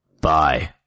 Bye